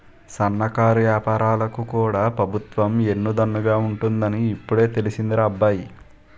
సన్నకారు ఏపారాలకు కూడా పెబుత్వం ఎన్ను దన్నుగా ఉంటాదని ఇప్పుడే తెలిసిందిరా అబ్బాయి